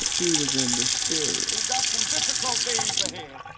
he was in the spirit we've got some difficult days ahead,